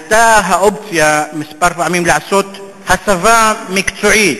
עלתה כמה פעמים האופציה לעשות הסבה מקצועית